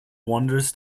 wanders